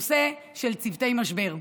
הדבר הזה מוביל אותי לנושא של צוותי משבר,